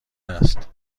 است